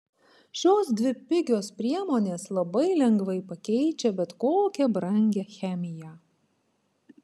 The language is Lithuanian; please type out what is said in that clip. šios dvi pigios priemonės labai lengvai pakeičia bet kokią brangią chemiją